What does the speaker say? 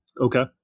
Okay